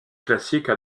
classiques